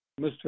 Mr